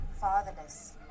fatherless